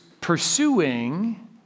pursuing